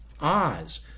Oz